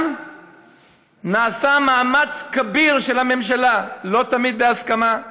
גם נעשה מאמץ כביר של הממשלה, לא תמיד בהסכמה,